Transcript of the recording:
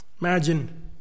Imagine